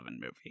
movie